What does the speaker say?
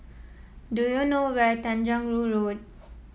do you know where Tanjong Rhu Road